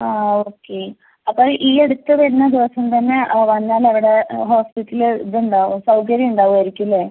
ആ ഓക്കെ അപ്പോൾ ഈ അടുത്ത് വരുന്ന ദിവസം തന്നെ ആ വന്നാലവിടെ ഹോസ്പിറ്റൽ ഇതുണ്ടാവും സൗകര്യം ഉണ്ടാവായിരിക്കില്ലേ